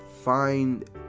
find